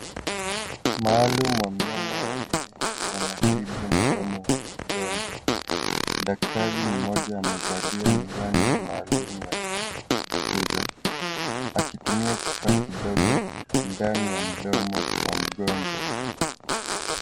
Maalumu wa meno wawili wanatibu mdomo wa mgonjwa. Daktari mmoja amevalia miwani maalum ya kukuza akitumia kifaa kidogo ndani ya mdomo wa mgonjwa.